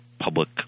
public